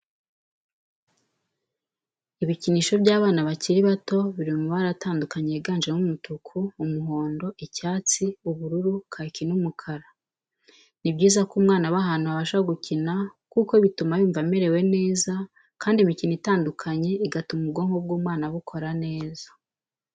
Ibikinisho by'abana bakiri bato biri mu mabara atandukanye yiganjemo umutuku, umuhondo, icyatsi, ubururu, kaki n'umukara, Ni byiza ko umwana aba ahantu abasha gukina kuko bituma yumva amerewe neza kandi imikino itandukanye igatuma ubwonko bw'umwana bukora neza.